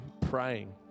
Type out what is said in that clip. praying